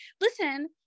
listen